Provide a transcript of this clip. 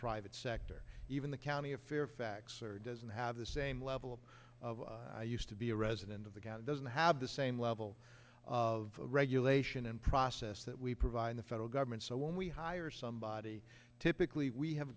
private sector even the county of fairfax or doesn't have the same level of used to be a resident of the county doesn't have the same level of regulation and process that we provide in the federal government so when we hire somebody typically we have